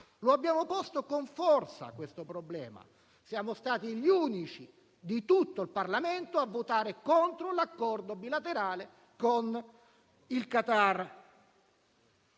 Abbiamo posto con forza questo problema, siamo stati gli unici in tutto il Parlamento a votare contro l'accordo bilaterale con il Qatar.